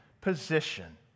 position